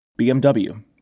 BMW